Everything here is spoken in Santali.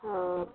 ᱦᱚᱸ